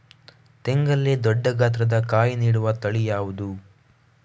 ತೆಂಗಲ್ಲಿ ದೊಡ್ಡ ಗಾತ್ರದ ಕಾಯಿ ನೀಡುವ ತಳಿ ಯಾವುದು?